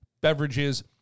beverages